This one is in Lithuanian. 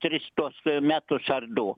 tris tuos metus ar du